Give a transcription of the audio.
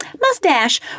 Mustache